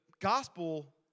gospel